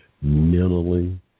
mentally